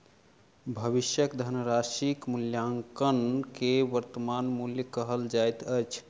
भविष्यक धनराशिक मूल्याङकन के वर्त्तमान मूल्य कहल जाइत अछि